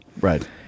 Right